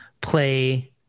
play